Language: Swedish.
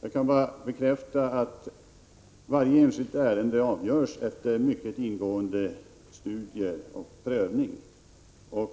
Jag kan bara bekräfta att varje enskilt ärende avgörs efter mycket ingående studier och prövning.